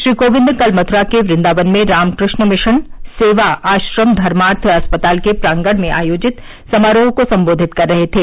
श्री कोविंद कल मथ्रा के वृंदावन में रामकृष्ण मिशन सेवा आश्रम धर्मार्थ अस्पताल के प्रांगण में आयोजित समारोह को संबोधित कर रहे थे